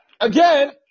Again